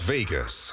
Vegas